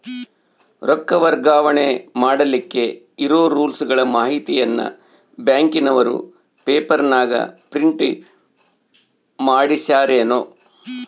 ರೊಕ್ಕ ವರ್ಗಾವಣೆ ಮಾಡಿಲಿಕ್ಕೆ ಇರೋ ರೂಲ್ಸುಗಳ ಮಾಹಿತಿಯನ್ನ ಬ್ಯಾಂಕಿನವರು ಪೇಪರನಾಗ ಪ್ರಿಂಟ್ ಮಾಡಿಸ್ಯಾರೇನು?